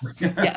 Yes